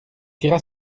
tira